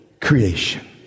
creation